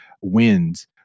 wins